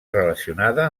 relacionada